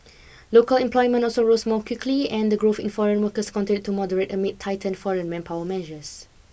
local employment also rose more quickly and the growth in foreign workers continued to moderate amid tightened foreign manpower measures